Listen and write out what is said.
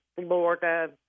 Florida